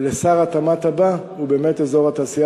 לשר התמ"ת הבא הוא באמת אזור התעשייה